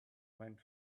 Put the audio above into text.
went